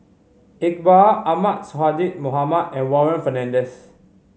Iqbal Ahmad Sonhadji Mohamad and Warren Fernandez